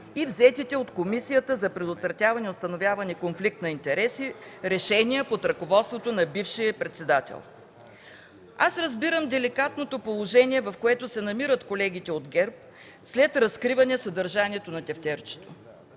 и взетите от Комисията за предотвратяване и установяване на конфликт на интереси решения под ръководството на бившия председател. Разбирам деликатното положение, в което се намират колегите от ГЕРБ, след разкриване съдържанието на тефтерчето.